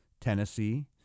Tennessee